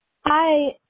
Hi